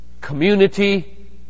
community